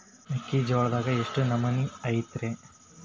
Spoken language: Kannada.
ಮೆಕ್ಕಿಜೋಳದಾಗ ಎಷ್ಟು ನಮೂನಿ ಐತ್ರೇ?